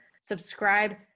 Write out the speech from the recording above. Subscribe